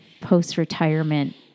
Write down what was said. post-retirement